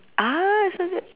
ah so that